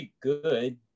good